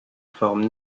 forme